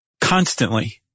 constantly